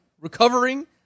Recovering